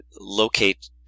locate